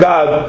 God